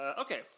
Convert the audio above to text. Okay